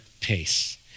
pace